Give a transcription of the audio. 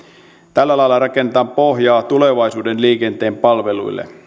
tällä lailla rakennetaan pohjaa tulevaisuuden liikenteen palveluille